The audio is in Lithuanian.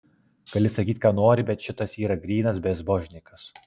gali sakyt ką nori bet šitas yra grynas bezbožnikas